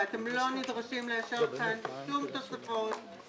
ואתם לא נדרשים לאשר כאן שום תוספות,